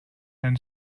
and